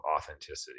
authenticity